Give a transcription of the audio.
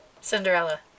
Cinderella